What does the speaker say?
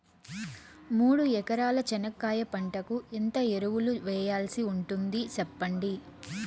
మూడు ఎకరాల చెనక్కాయ పంటకు ఎంత ఎరువులు వేయాల్సి ఉంటుంది సెప్పండి?